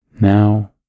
Now